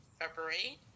february